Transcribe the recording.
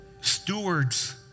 stewards